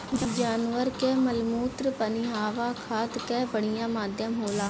जानवर कअ मलमूत्र पनियहवा खाद कअ बढ़िया माध्यम होला